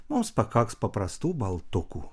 mums pakaks paprastų baltukų